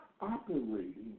operating